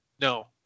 No